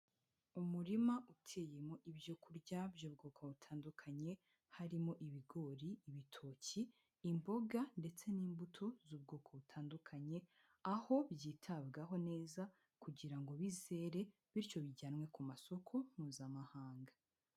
Umurima uteyemo ibyo kurya by'ubwoko butandukanye harimo ibigori, ibitoki, imboga ndetse n'imbuto z'ubwoko butandukanye, aho byitabwaho neza kugira ngo bizere bityo bijyanwe ku masoko mpuzamahanga.